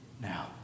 now